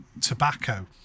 tobacco